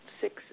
six